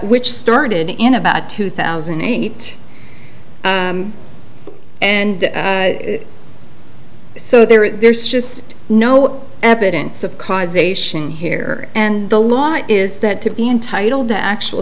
which started in about two thousand and eight and so there is there's just no evidence of causation here and the law is that to be entitled to actual